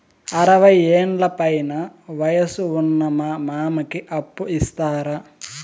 అరవయ్యేండ్ల పైన వయసు ఉన్న మా మామకి అప్పు ఇస్తారా